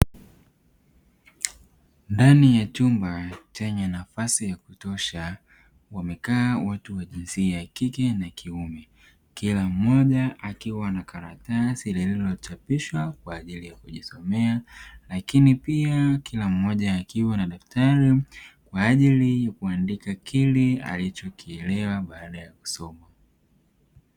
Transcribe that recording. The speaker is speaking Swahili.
Ndani ya chumba chenye nafasi ya kutosha wamekaa watu wa jinsia ya kike na kiume kila mmoja akiwa na karatasi lililochapishwa kwa ajili ya kujisomea lakini pia kila mmoja akiwa na daftari kwa ajili ya kuandika kile alichokielewa baada ya kusoma.